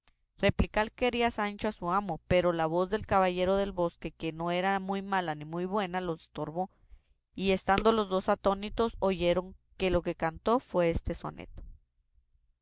replicar quería sancho a su amo pero la voz del caballero del bosque que no era muy mala mi muy buena lo estorbó y estando los dos atónitos oyeron que lo que cantó fue este soneto